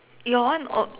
your one on~